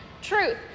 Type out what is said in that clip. truth